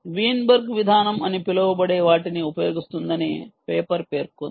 Weinberg విధానం అని పిలువబడే వాటిని ఉపయోగిస్తుందని పేపర్ పేర్కొంది